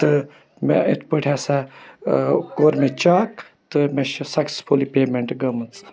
تہٕ مےٚ اِتھ پٲٹھۍ ہَسا کوٚر مےٚ چَک تہٕ مےٚ چھِ سَکسیسفُلی پیمیٚنٹ گٔمٕژ